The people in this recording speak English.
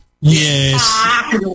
Yes